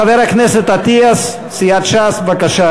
חבר הכנסת אטיאס מסיעת ש"ס, בבקשה,